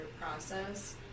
process